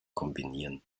kombinieren